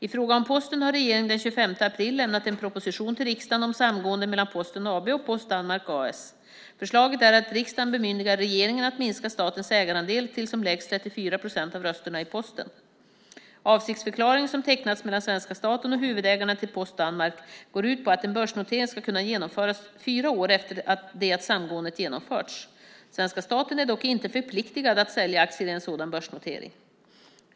I fråga om Posten har regeringen den 25 april lämnat en proposition till riksdagen om samgående mellan Posten AB och Post Danmark A/S. Förslaget är att riksdagen bemyndigar regeringen att minska statens ägarandel till som lägst 34 procent av rösterna i Posten. Avsiktsförklaringen, som tecknats mellan svenska staten och huvudägarna till Post Danmark, går ut på att en börsnotering ska kunna genomföras fyra år efter det att samgåendet genomförts. Svenska staten är dock inte förpliktad att sälja aktier i en sådan börsnotering.